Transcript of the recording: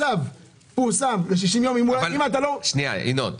הצו פורסם ל-60 יום, אם אתה לא --- שנייה, ינון.